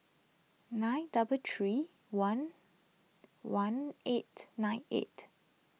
nine double three one one eight nine eight